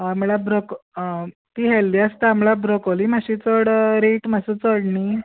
हय म्हणल्यार ब्रोकली ती हेल्दी आसता म्हणल्यार ब्रोकली मातशी रेट मातसो चड न्हय